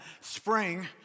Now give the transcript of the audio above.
spring